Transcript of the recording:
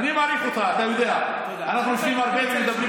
אדוני היושב-ראש, אנחנו לא באנו לערבב פה.